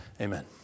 amen